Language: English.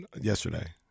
yesterday